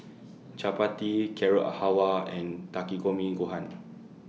Chapati Carrot Halwa and Takikomi Gohan